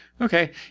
Okay